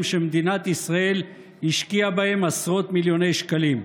שמדינת ישראל השקיעה בהם עשרות מיליוני שקלים.